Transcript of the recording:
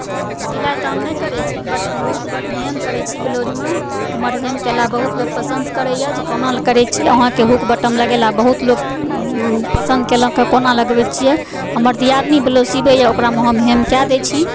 सिलाइ तऽ हम नहि करए छी बटन हुक बटम हेम करए छी ब्लाउजमे हमर हेम कैला बहुत लोक पसंद करैए जे कमाल करए छी अहाँकेँ हुक बटम लगेला बहुत लोक पसंद केलक हँ कोना लगबै छिऐ हमर दिआदनी ब्लाउज सीबैए ओकरामे हम हेम कए दए छी